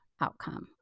outcome